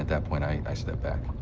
that point i stepped back.